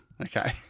Okay